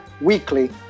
weekly